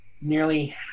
nearly